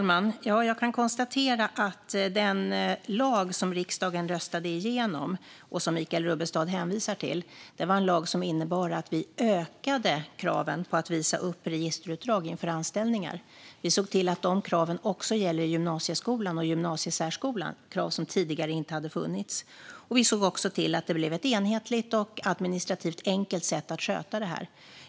Fru talman! Den lag som riksdagen röstade igenom och som Michael Rubbestad hänvisar till innebar att vi ökade kraven på att visa upp registerutdrag inför anställningar. Vi såg till att de kraven också gäller gymnasieskolan och gymnasiesärskolan. Det är krav som inte funnits tidigare. Vi såg också till att det blev ett enhetligt och administrativt enkelt sätt att sköta det.